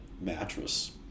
mattress